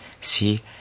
See